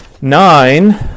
Nine